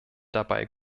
dabei